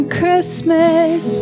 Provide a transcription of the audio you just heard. Christmas